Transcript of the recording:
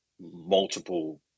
multiple